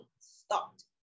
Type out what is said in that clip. stopped